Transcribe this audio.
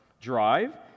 drive